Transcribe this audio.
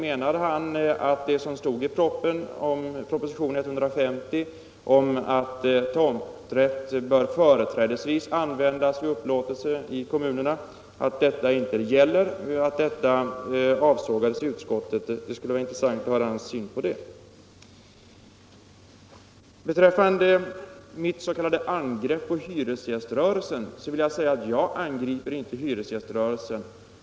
Anser han att det som stod i propositionen 150 om att tomträtt företrädesvis bör användas vid upplåtelse i kommunerna inte lägre gäller utan avsågades av utskottet? Det skulle vara intressant att höra hans syn på det. Beträffande mitt s.k. angrepp på hyresgäströrelsen vill jag säga att jag inte angriper denna.